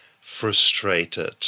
frustrated